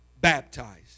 baptized